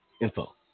info